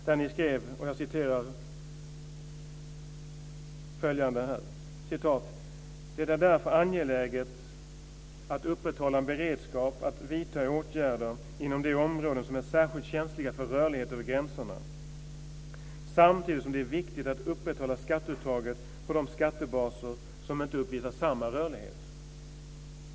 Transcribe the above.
Där skrev ni: "Det är därför angeläget att upprätthålla en beredskap att vidta åtgärder inom de områden som är särskilt känsliga för rörlighet över gränserna, samtidigt som det är viktigt att upprätthålla skatteuttaget på de skattebaser som inte uppvisar samma rörlighet."